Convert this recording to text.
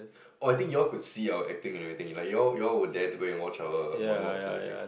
orh I think y'all could see our acting and everything like y'all y'all were there to go and watch our monologues and everything